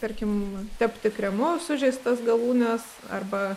tarkim tepti kremu sužeistas galūnes arba